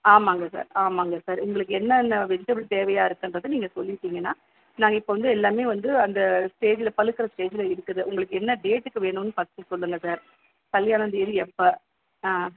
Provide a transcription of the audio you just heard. ஆமாங்க சார் ஆமாங்க சார் உங்களுக்கு என்னென்ன வெஜிடபுள் தேவையாக இருக்குன்றதை நீங்கள் சொல்லிட்டீங்கன்னா நாங்கள் இப்போ வந்து எல்லாம் வந்து அந்த ஸ்டேஜில் பழுக்கற ஸ்டேஜில் இருக்குது உங்களுக்கு என்ன டேட்டுக்கு வேணும்னு ஃபஸ்ட்டு சொல்லுங்கள் சார் கல்யாணம் தேதி எப்போ ஆ